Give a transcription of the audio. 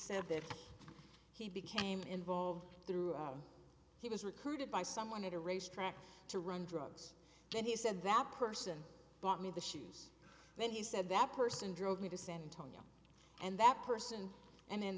said that he became involved throughout he was recruited by someone at a racetrack to run drugs then he said that person bought me the shoes then he said that person drove me to san antonio and that person and